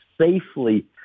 safely